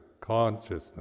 consciousness